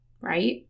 right